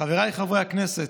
חבריי חברי הכנסת,